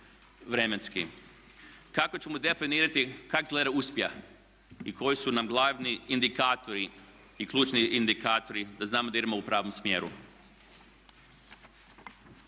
Kako ćemo definitivno kako izgleda uspjeh i koji su nam glavni indikatori i ključni indikatori da znamo da idemo u pravom smjeru.